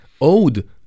owed